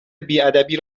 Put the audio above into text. بیادبی